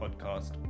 podcast